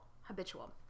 Habitual